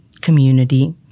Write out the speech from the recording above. community